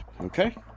Okay